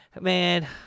Man